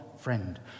friend